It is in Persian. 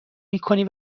میکنی